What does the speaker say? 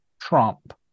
Trump